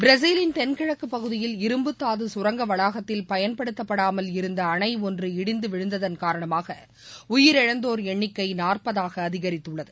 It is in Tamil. பிரேசிலின் தென்கிழக்கு பகுதியில் இரும்புத்தாது கரங்க வளாகத்தில் பயன்படுத்தப்படாமல் இருந்த அணை ஒன்று இடிந்து விழுந்ததன் காரணமாக உயிரிழந்தோர் எண்ணிக்கை நாற்பதாக அதிகரித்துள்ளது